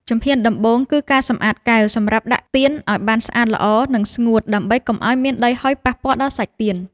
ជំហានដំបូងគឺការសម្អាតកែវសម្រាប់ដាក់ទៀនឱ្យបានស្អាតល្អ និងស្ងួត ដើម្បីកុំឱ្យមានដីហុយប៉ះពាល់ដល់សាច់ទៀន។